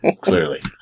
clearly